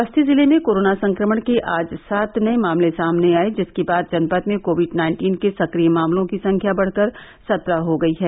बस्ती जिले में कोरोना संक्रमण के आज सात नए मामले सामने आए जिसके बाद जनपद में कोविड नाइन्टीन के सक्रिय मामलों की संख्या बढ़कर सत्रह हो गयी है